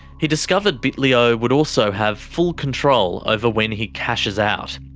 he discovered bitlio would also have full control over when he cashes out.